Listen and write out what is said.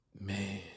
man